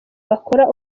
bakora